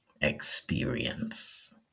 experience